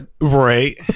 Right